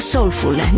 Soulful